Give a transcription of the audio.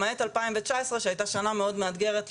למעט 2019 שהיתה שנה מאוד מאתגרת,